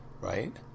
right